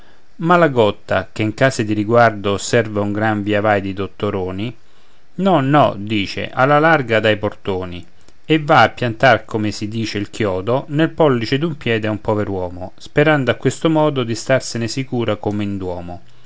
ma la gotta che in case di riguardo osserva un gran via vai di dottoroni no no dice alla larga dai portoni e va a piantar come si dice il chiodo nel pollice d'un piede a un pover'uomo sperando a questo modo di starsene sicura come in duomo